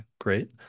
Great